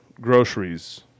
groceries